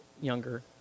younger